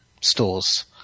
stores